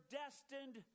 destined